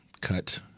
cut